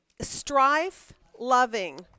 Strife-loving